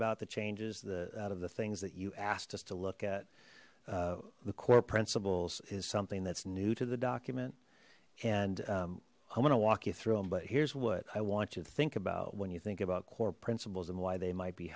about the changes the out of the things that you asked us to look at the core principles is something that's new to the document and i'm gonna walk you through them but here's what i want you to think about when you think about core principles and why they might be